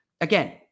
Again